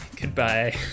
Goodbye